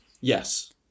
Yes